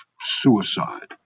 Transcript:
suicide